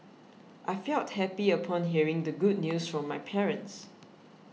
I felt happy upon hearing the good news from my parents